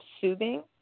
soothing